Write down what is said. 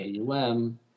AUM